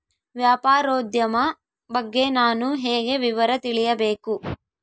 ವ್ಯಾಪಾರೋದ್ಯಮ ಬಗ್ಗೆ ನಾನು ಹೇಗೆ ವಿವರ ತಿಳಿಯಬೇಕು?